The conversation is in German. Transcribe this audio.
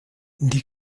die